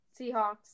Seahawks